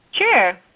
Sure